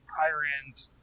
higher-end